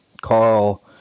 Carl